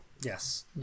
Yes